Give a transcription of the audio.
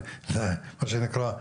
מה שנקרא,